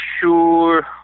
sure